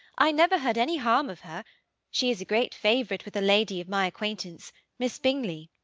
i never heard any harm of her she is a great favourite with a lady of my acquaintance miss bingley.